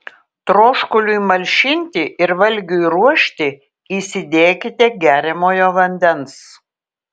troškuliui malšinti ir valgiui ruošti įsidėkite geriamojo vandens